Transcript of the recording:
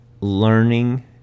learning